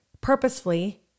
purposefully